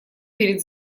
перед